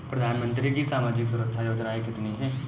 प्रधानमंत्री की सामाजिक सुरक्षा योजनाएँ कितनी हैं?